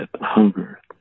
hunger